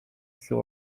sur